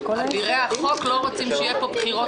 אבירי החוק לא רוצים שיהיו פה בחירות הוגנות.